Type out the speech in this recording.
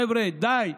חבר'ה, די.